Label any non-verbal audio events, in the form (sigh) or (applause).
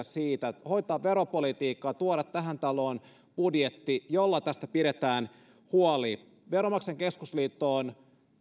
(unintelligible) siitä hoitaa veropolitiikkaa tuoda tähän taloon budjetti jolla tästä pidetään huoli veronmaksajain keskusliitto on